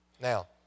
Now